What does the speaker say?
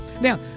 Now